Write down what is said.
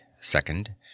Second